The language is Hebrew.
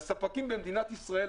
לספקים במדינת ישראל,